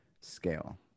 scale